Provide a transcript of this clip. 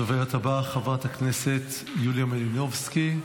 הדוברת הבאה, חברת הכנסת יוליה מלינובסקי,